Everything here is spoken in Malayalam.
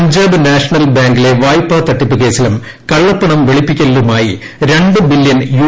പഞ്ചാബ് നാഷണൽ ബാങ്കിലെ വായ്പാ തട്ടിപ്പ് കേസിലും കള്ളപ്പണം വെളിപ്പിക്കലിലുമായി രണ്ട് ബില്യൺ യു